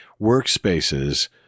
workspaces